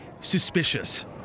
suspicious